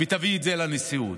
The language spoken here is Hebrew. ותביא את זה לנשיאות.